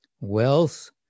Wealth